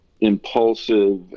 impulsive